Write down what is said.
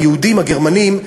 היהודים הגרמנים,